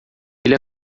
ele